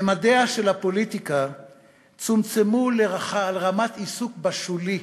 ממדיה של הפוליטיקה צומצמו לרמת עיסוק בשולי,